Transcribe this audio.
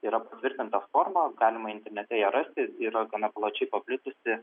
yra patvirtinta forma galima internete ją rasti yra gana plačiai paplitusi